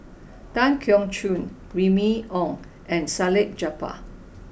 Tan Keong Choon Remy Ong and Salleh Japar